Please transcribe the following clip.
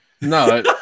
No